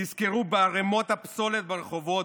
תיזכרו בערמות הפסולת ברחובות,